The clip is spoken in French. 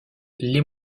les